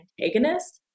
antagonist